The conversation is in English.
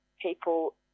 people